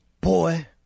boy